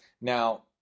Now